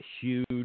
huge